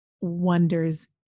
wonders